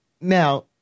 Now